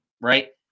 Right